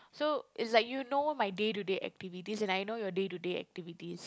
so it's like you know my day to day activities and I know your day to day activities